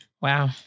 Wow